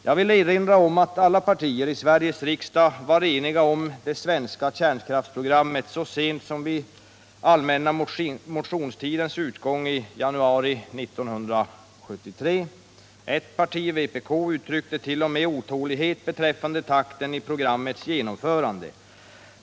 Jag vill erinra om att alla partier i Sveriges riksdag var eniga om det svenska kärnkraftsprogrammet så sent som vid allmänna motionstidens utgång i januari 1973. Ett parti, vpk, uttryckte t.o.m. otålighet beträffande takten i programmets genomförande.